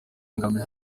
ngamije